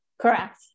Correct